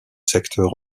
secteurs